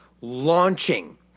Launching